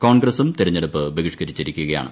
കോൺഗ്രസും തിരഞ്ഞെടുപ്പ് ബഹിഷ്കരിച്ചിരിക്കുകയാണ്